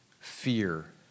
fear